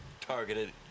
targeted